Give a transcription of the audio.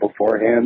beforehand